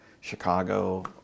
Chicago